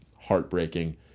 heartbreaking